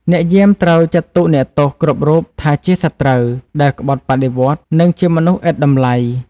អ្នកយាមត្រូវចាត់ទុកអ្នកទោសគ្រប់រូបថាជា «សត្រូវ» ដែលក្បត់បដិវត្តន៍ និងជាមនុស្សឥតតម្លៃ។